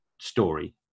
story